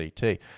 CT